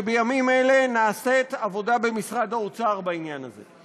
שבימים אלה נעשית עבודה במשרד האוצר בעניין הזה.